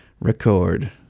record